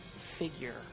figure